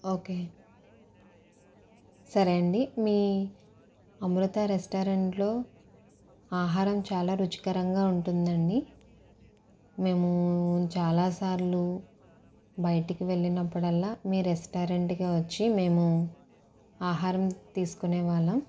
okay సరే అండి మీ అమృత రెస్టారెంట్లో ఆహారం చాలా రుచికరంగా ఉంటుందని మేము చాలాసార్లు బయటికి వెళ్ళినప్పుడల్లా మీ రెస్టారెంట్కే వచ్చి మేము ఆహారం తీసుకునే వాళ్ళం